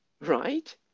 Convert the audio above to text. right